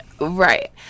Right